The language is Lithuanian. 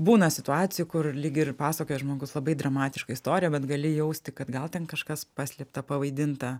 būna situacijų kur lyg ir pasakoja žmogus labai dramatišką istoriją bet gali jausti kad gal ten kažkas paslėpta pavaidinta